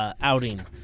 outing